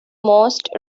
most